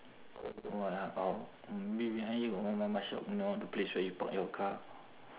orh or maybe behind you got one mama shop you know the place where you park your car